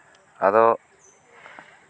ᱟᱫᱚ